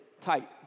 tight